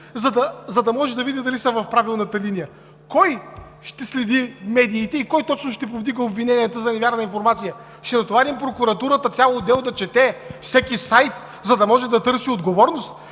за да може да види дали са в правилната линия. Кой ще следи медиите и кой точно ще повдига обвиненията за невярна информация? Ще натоварим прокуратурата, цял отдел да чете всеки сайт, за да може да търси отговорност?